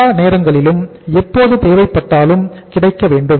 எல்லா நேரங்களிலும் எப்போது தேவைப்பட்டாலும் கிடைக்க வேண்டும்